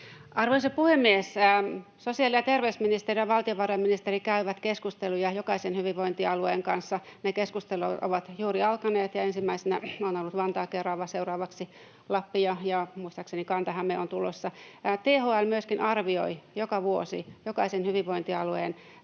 Arvoisa puhemies! Sosiaali- ja terveysministeri ja valtiovarainministeri käyvät keskusteluja jokaisen hyvinvointialueen kanssa. Ne keskustelut ovat juuri alkaneet, ja ensimmäisenä on ollut Vantaa, Kerava, seuraavaksi Lappi, ja muistaakseni Kanta-Häme on tulossa. THL myöskin arvioi joka vuosi jokaisen hyvinvointialueen